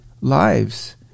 lives